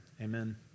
Amen